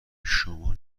شما